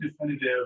definitive